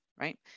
right